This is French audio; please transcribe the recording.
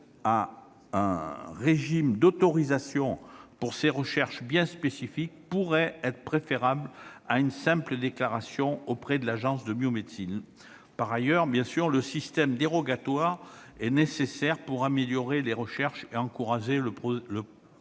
à un régime d'autorisation pour ces recherches bien spécifiques pourrait être préférable à une simple déclaration auprès de l'Agence de la biomédecine. Par ailleurs, le régime dérogatoire est nécessaire pour améliorer les recherches et encourager le progrès